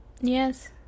Yes